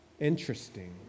Interesting